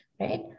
right